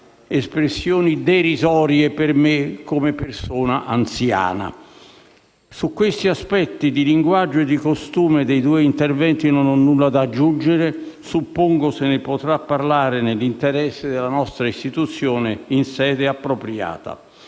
espressioni derisorie per me come persona anziana. Su questi aspetti di linguaggio e costume dei due interventi non ho nulla da aggiungere. Suppongo se ne potrà parlare, nell'interesse della nostra istituzione, in sede appropriata.